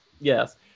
yes